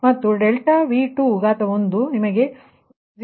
2126 ದೊರೆಯುವುದು